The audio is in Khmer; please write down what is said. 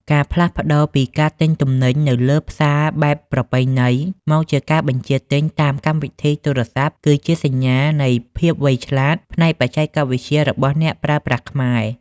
ការផ្លាស់ប្តូរពីការទិញទំនិញនៅផ្សារបែបប្រពៃណី មកជាការបញ្ជាទិញតាមកម្មវិធីទូរស័ព្ទ គឺជាសញ្ញាណនៃភាពវៃឆ្លាតផ្នែកបច្ចេកវិទ្យារបស់អ្នកប្រើប្រាស់ខ្មែរ។